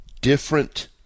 different